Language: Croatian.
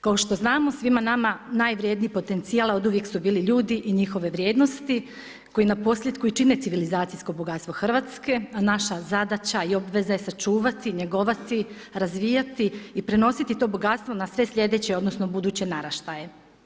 Kao što znamo svima nama najvrjedniji potencijal oduvijek su bili ljudi i njihove vrijednosti koje na posljetku i čine civilizacijsko bogatstvo Hrvatske, a naša zadaća i obveze sačuvati, njegovati, razvijati i prenositi to bogatstvo na sve sljedeće odnosno buduće naraštaje.